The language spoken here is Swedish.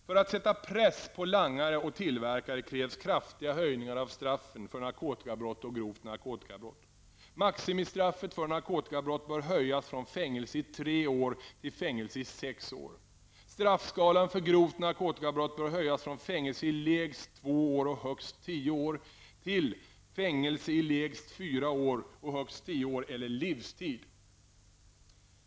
För att sätta press på langare och tillverkare krävs kraftiga höjningar av straffen för narkotikabrott och grovt narkotikabrott. Maximistraffet för narkotikabrott bör höjas från fängelse i tre år till fängelse i sex år. Straffskalan för grovt narkotikabrott bör höjas från fängelse i lägst två år och högst tio år till fängelse i lägst fyra år och högst tio år eller livstid.